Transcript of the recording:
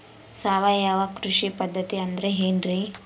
ಸಾವಯವ ಕೃಷಿ ಪದ್ಧತಿ ಅಂದ್ರೆ ಏನ್ರಿ?